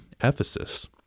Ephesus